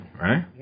Right